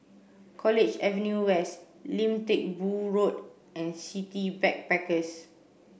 College Avenue West Lim Teck Boo Road and City Backpackers